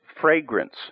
fragrance